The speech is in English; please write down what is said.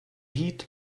heat